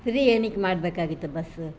free ಏನಕ್ಕೆ ಮಾಡ್ಬೇಕಾಗಿತ್ತು bus